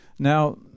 Now